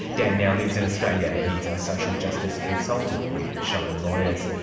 dan now lives in australia, he's a social justice consultant with shine lawyers.